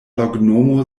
loknomo